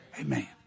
Amen